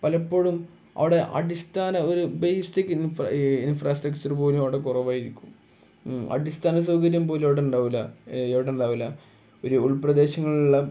പലപ്പോഴും അവിടെ അടിസ്ഥാന ഒരു ബേസിക് ഇൻ ഇൻഫ്രാസ്ട്രക്ച്ചർ പോലും അവിടെ കുറവായിരിക്കും അടിസ്ഥാന സൗകര്യം പോലും അവിടെ ഉണ്ടാവുകയില്ല എവിടെ ഉണ്ടാവുകയില്ല ഒരു ഉൾപ്രദേശങ്ങളിൽ ഉള്ള